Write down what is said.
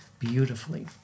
beautifully